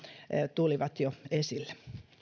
tulivat jo esille